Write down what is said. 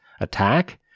attack